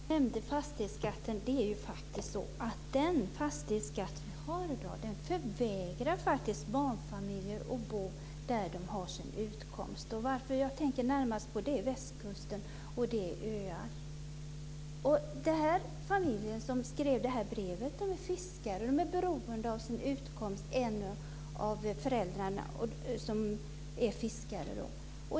Fru talman! Jag nämnde fastighetsskatten därför att den fastighetsskatt vi har i dag faktiskt förvägrar barnfamiljer att bo där de har sin utkomst. Jag tänker närmast på västkusten och öarna. Den familj som skrev brevet är fiskare. De är ännu beroende för sin utkomst av föräldrarna, som är fiskare.